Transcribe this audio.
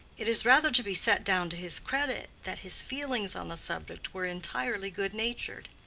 it is rather to be set down to his credit that his feelings on the subject were entirely good-natured.